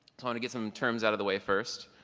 to um to get some terms out of the way first.